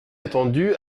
attendu